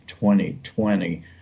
2020